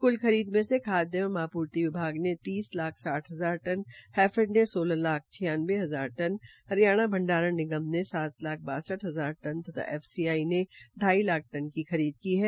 क्ल खरीद में से खाद्य एवं आपूर्ति विभाग के तीस लाख साठ हजार टन हैफेड ने सोलह लाख पचानवे हजार टन हरियाणा भंडारण निगम ने सात लाख बासठ हजार टन तथा एफसीआई ने ाई लाख टन धान खरीदा है